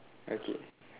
okay